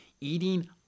eating